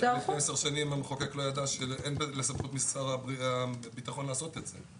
לפני עשר שנים המחוקק לא ידע שאין בסמכות משרד הביטחון לעשות את זה,